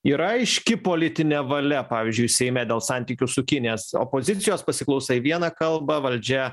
yra aiški politinė valia pavyzdžiui seime dėl santykių su kinijos opozicijos pasiklausai viena kalba valdžia